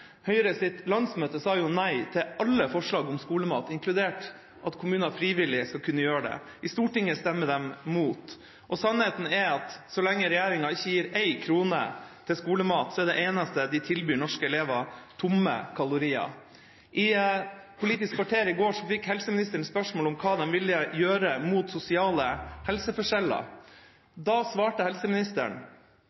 landsmøte sa nei til alle forslag om skolemat, inkludert at kommuner frivillig skal kunne gjøre det. I Stortinget stemmer de imot. Sannheten er at så lenge regjeringa ikke gir éi krone til skolemat, er det eneste de tilbyr norske elever, tomme kalorier. I Politisk kvarter i går fikk helseministeren spørsmål om hva de ville gjøre mot sosiale helseforskjeller.